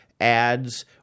Ads